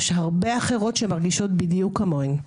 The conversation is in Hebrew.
יש הרבה אחרות שמרגישות בדיוק כמוהן.